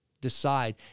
decide